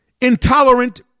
intolerant